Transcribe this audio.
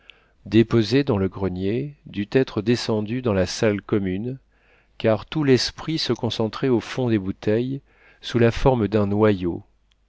déposée dans le grenier dut être descendue dans la salle commune car tout l'esprit se concentrait au fond des bouteilles sous la forme d'un noyau